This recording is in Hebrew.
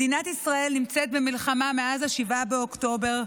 מדינת ישראל נמצאת במלחמה מאז 7 באוקטובר,